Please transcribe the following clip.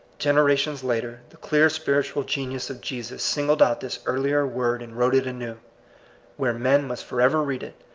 generations later, the clear spiritual genius of jesus singled out this earlier word and wrote it anew, where men must forever read it,